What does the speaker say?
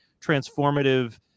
transformative